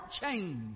change